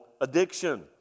addiction